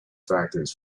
factors